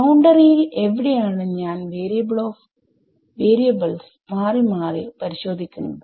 ബൌണ്ടറിയിൽ എവിടെയാണ് ഞാൻ വാരിയബിൾസ് മാറി മാറി പരിശോധിക്കുന്നത്